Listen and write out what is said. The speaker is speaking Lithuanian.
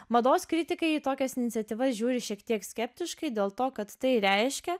mados kritikai į tokias iniciatyvas žiūri šiek tiek skeptiškai dėl to kad tai reiškia